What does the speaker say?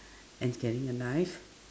and is carrying a knife